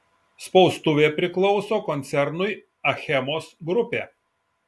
spaustuvė priklauso koncernui achemos grupė